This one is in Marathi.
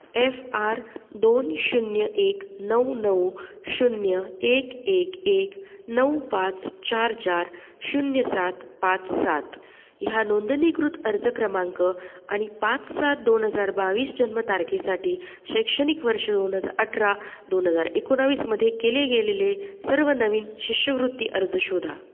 एफ आर दोन शून्य एक नऊ नऊ शून्य एक एक एक नऊ पाच चार चार शून्य सात पाच सात ह्या नोंदणीकृत अर्ज क्रमांक आणि पाच सात दोन हजार बावीस जन्मतारखेसाठी शैक्षणिक वर्ष दोन हजार अठरा दोन हजार एकोणावीसमध्ये केले गेलेले सर्व नवीन शिष्यवृत्ती अर्ज शोधा